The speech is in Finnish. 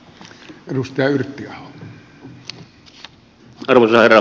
arvoisa herra puhemies